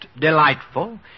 delightful